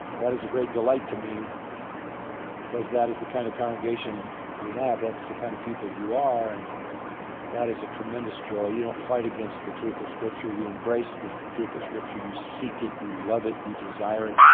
that is a great delight to me because that is a kind of congregation we have, that's the kind of people you are and and that is a tremendous joy. you don't fight against the truth of scripture. you embrace the so truth of scripture, you seek it, you love it, you desire it,